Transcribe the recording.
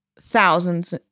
thousands